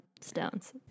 stones